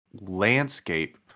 landscape